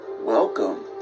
Welcome